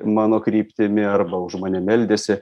mano kryptimi arba už mane meldėsi